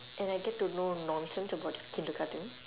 and I get to know nonsense about your kindergarten